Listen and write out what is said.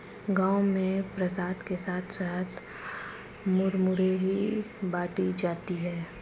गांव में प्रसाद के साथ साथ मुरमुरे ही बाटी जाती है